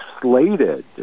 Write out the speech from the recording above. slated